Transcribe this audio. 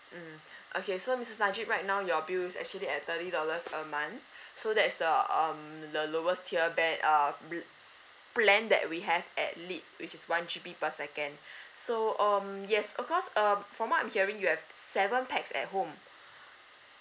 mm okay so missus najib right now your bill is actually at thirty dollars a month so that is the um the lowest tier band uh bl~ plan that we have at lit which is one G_B per second so um yes of course um from what I'm hearing you have seven pax at home